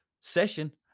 session